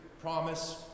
promise